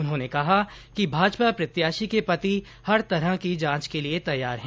उन्होंने कहा कि भाजपा प्रत्याशी के पति हर तरह की जांच के लिए तैयार हैं